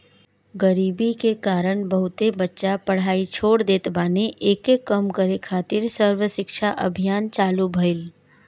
गरीबी के कारण बहुते बच्चा पढ़ाई छोड़ देत बाने, एके कम करे खातिर सर्व शिक्षा अभियान चालु भईल